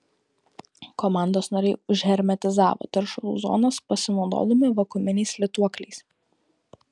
komandos nariai užhermetizavo teršalų zonas pasinaudodami vakuuminiais lituokliais